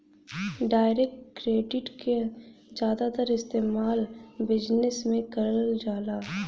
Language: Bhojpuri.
डाइरेक्ट क्रेडिट क जादातर इस्तेमाल बिजनेस में करल जाला